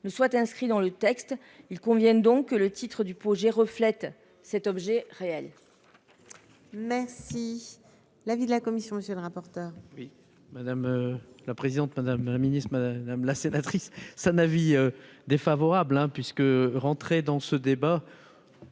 soit inscrit dans le texte. Il convient donc que le titre du projet de loi reflète cet objectif réel.